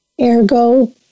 Ergo